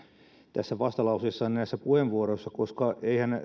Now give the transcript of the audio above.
tässä vastalauseessaan ja näissä puheenvuoroissaan koska